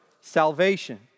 salvation